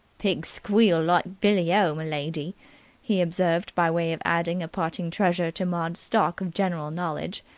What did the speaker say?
pigs squeal like billy-o, m'lady! he observed by way of adding a parting treasure to maud's stock of general knowledge.